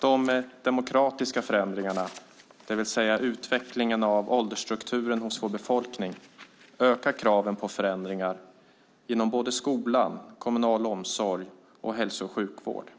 De demografiska förändringarna, det vill säga utvecklingen av åldersstrukturen hos vår befolkning, ökar kraven på förändringar inom både skolan, kommunal omsorg och hälso och sjukvård.